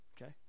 Okay